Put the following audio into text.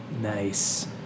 Nice